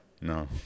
No